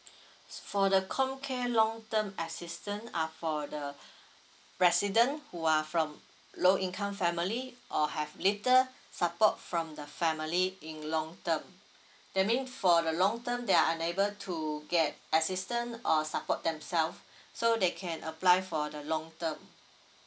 for the comcare long term assistance are for the resident who are from low income family or have later support from the family in long term that mean for the long term they are unable to get assistance or support themselves so they can apply for the long term